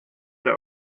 der